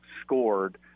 scored